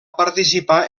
participar